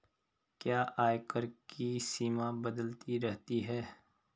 क्या आयकर की सीमा बदलती रहती है?